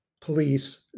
police